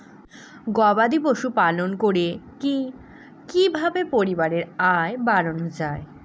গবাদি পশু পালন করে কি কিভাবে পরিবারের আয় বাড়ানো যায়?